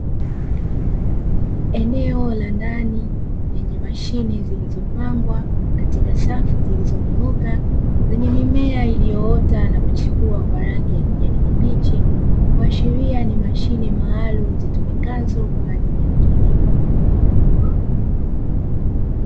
Eneo la ndani lenye mashine zilizopangwa katika safu zilizonyooka, zenye mimea iliyoota na kuchipua kwa rangi ya kijani kibichi, kuashiria ni mashine maalumu zitumikazo kwa ajili ya kilimo.